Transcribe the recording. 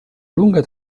lunga